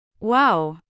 Wow